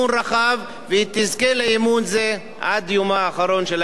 ותזכה לאמון זה עד יומה האחרון של הכנסת הנוכחית.